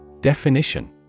Definition